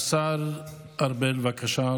השר ארבל, בבקשה.